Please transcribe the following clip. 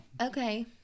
Okay